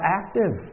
active